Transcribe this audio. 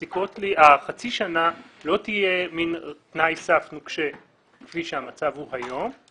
החצי שנה לא תהיה מן תנאי סף נוקשה כפי שהמצב הוא היום,